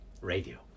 radio